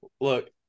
look